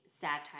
satire